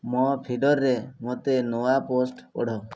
ମୋ ଫିଡ଼ରରେ ମୋତେ ନୂଆ ପୋଷ୍ଟ ପଢ଼